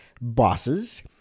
bosses